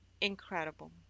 incredible